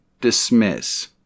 dismiss